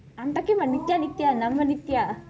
I'm talking about nithya nithya நம்ம:namma nithya